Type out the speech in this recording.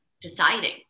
deciding